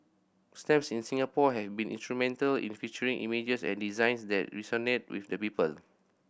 stamps in Singapore have been instrumental in featuring images and designs that resonate with the people